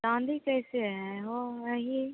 चाँदी कैसे है वह वही